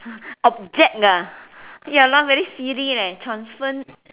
object ah ya now very silly leh transform